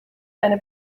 eine